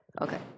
okay